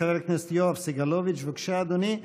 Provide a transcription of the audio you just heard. חבר הכנסת יואב סגלוביץ', בבקשה, אדוני.